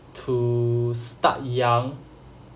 to start young